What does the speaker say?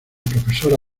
profesora